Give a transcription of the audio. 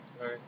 right